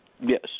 Yes